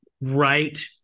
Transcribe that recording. right